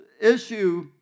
issue